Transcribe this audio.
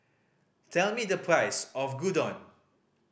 tell me the price of Gyudon